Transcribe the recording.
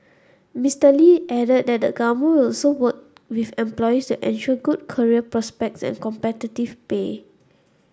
Mister Lee added that the Government will also work with employers to ensure good career prospects and competitive pay